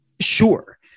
Sure